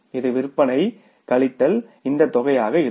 இது விற்பனை கழித்தல் இந்த தொகையாக இருக்கும்